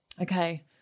Okay